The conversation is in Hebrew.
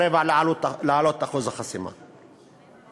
להעלות את אחוז החסימה ל-3.25%.